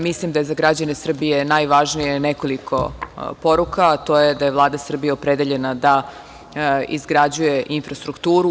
Mislim da je za građane Srbije najvažnije nekoliko poruka, a to je da je Vlada Srbije opredeljena da izgrađuje infrastrukturu.